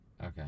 Okay